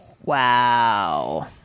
Wow